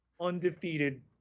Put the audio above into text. undefeated